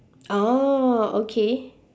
orh okay